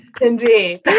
Indeed